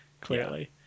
clearly